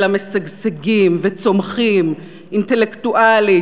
אלא משגשגים וצומחים אינטלקטואלית,